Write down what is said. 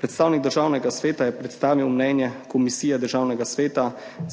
Predstavnik Državnega sveta je predstavil mnenje Komisije Državnega sveta